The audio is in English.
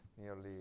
nearly